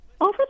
over